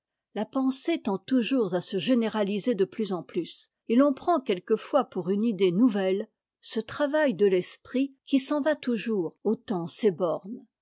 la pensée tend toujours à se généraliser de plus en plus et fun prend quelquefois pour une idée nouvelle ce travail de l'esprit qui s'en va toujours dtant ses bornes